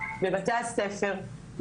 בבתי הספר,